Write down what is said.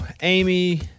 Amy